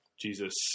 Jesus